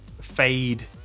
fade